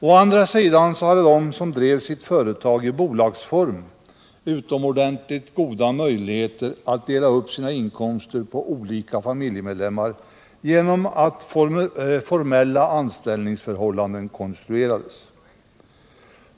Å andra sidan hade de som drev sitt företag i bolagsform utomordentligt goda möjligheter att dela upp sina inkomster på olika familjemedlemmar genom att formella anställningsförhållanden konstruerades.